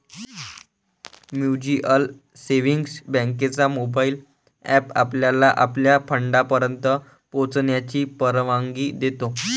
mutual savings बँकेचा mobile app आपल्याला आपल्या फंडापर्यंत पोहोचण्याची परवानगी देतो